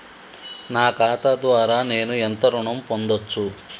నా ఖాతా ద్వారా నేను ఎంత ఋణం పొందచ్చు?